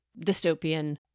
dystopian